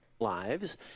Lives